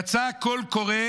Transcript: יצא קול קורא